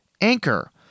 Anchor